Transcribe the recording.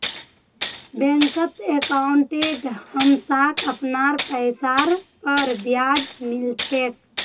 बैंकत अंकाउट हमसाक अपनार पैसार पर ब्याजो मिल छेक